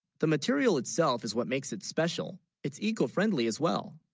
the material itself, is what makes it special it's eco-friendly as, well?